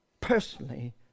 personally